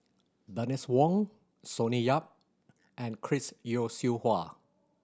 Bernice Wong Sonny Yap and Chris Yeo Siew Hua